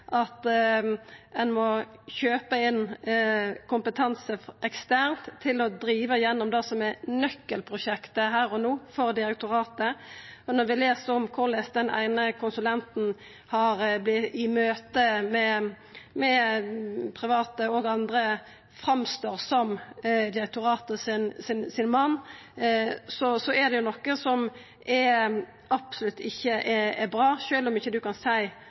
at ein må kjøpa kompetanse eksternt til å driva igjennom det som er nøkkelprosjektet her og no for direktoratet. Når eg les om korleis den eine konsulenten i møte med private og andre framstår som direktoratet sin mann, er det noko som absolutt ikkje er bra. Sjølv om ein ikkje kan